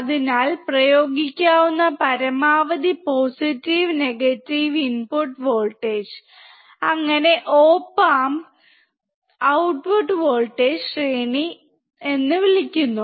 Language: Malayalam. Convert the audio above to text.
അതിനാൽ പ്രയോഗിക്കാവുന്ന പരമാവധി പോസിറ്റീവ് നെഗറ്റീവ് ഇൻപുട്ട് വോൾട്ടേജ് അങ്ങനെ op amp ഔട്ട്op amp ന്റെ ഇൻപുട്ട് വോൾട്ടേജ് ശ്രേണി എന്ന് വിളിക്കുന്നു